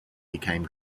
became